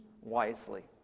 wisely